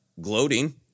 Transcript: gloating